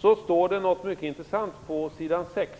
Det står något mycket intressant på s. 6: